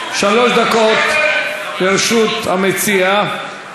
שלוש דקות לרשות המציע.